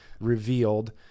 revealed